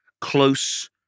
close